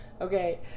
okay